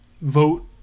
vote